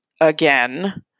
again